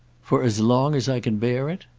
for as long as i can bear it.